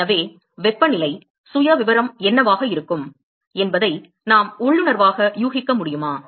எனவே வெப்பநிலை சுயவிவரம் என்னவாக இருக்கும் என்பதை நாம் உள்ளுணர்வாக யூகிக்க முடியுமா